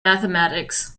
mathematics